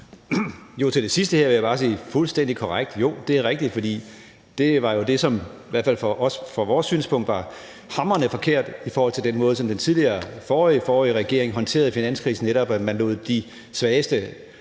(S): Til det sidste vil jeg bare sige: fuldstændig korrekt. Jo, det er rigtigt, for det var jo det, som i hvert fald set fra vores synspunkt var hamrende forkert i forhold til den måde, som den daværende regering håndterede finanskrisen på, altså ved at man netop lod de svageste